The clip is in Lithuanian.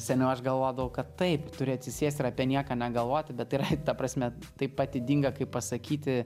seniau aš galvodavau kad taip turi atsisėsti ir apie nieką negalvoti bet tai ta prasme taip pat ydinga kaip pasakyti